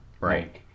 Right